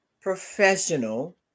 professional